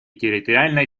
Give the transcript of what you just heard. территориальной